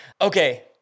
okay